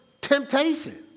temptation